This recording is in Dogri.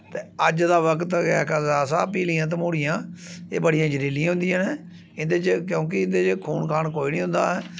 ते अज्ज दा वक्त गै इक ऐसा पीलियां तमूह्ड़ियां एह् बड़ियां जैह्रलियां होंदियां न इं'दे च क्योंकि इं'दे च खून खान कोई नि होंदा ऐ